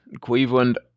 Cleveland